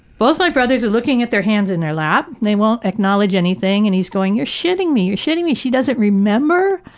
both my brothers are looking at their hands in their lap, and won't acknowledge anything, and he is going, you're shitting me! you're shitting me! she doesn't remember!